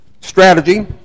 strategy